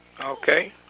Okay